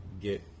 get